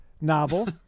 novel